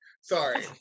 Sorry